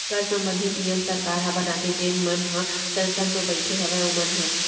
कर संबंधित नियम सरकार ह बनाथे जेन मन ह संसद म बइठे हवय ओमन ह